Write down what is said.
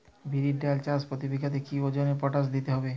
বিরির ডাল চাষ প্রতি বিঘাতে কি ওজনে পটাশ দিতে হবে?